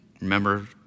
remember